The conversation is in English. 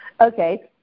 Okay